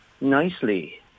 nicely